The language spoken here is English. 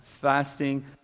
fasting